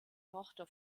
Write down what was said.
tochter